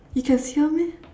you can see her meh